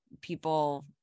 people